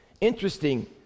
Interesting